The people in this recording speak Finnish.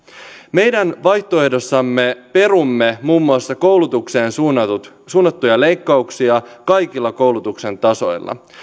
meidän vaihtoehdossamme perumme muun muassa koulutukseen suunnattuja suunnattuja leikkauksia kaikilla koulutuksen tasoilla